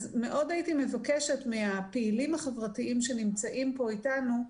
אז מאוד הייתי מבקשת מהפעילים החברתיים שנמצאים פה איתנו,